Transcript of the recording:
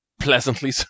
pleasantly